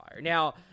Now